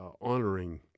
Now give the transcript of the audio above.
honoring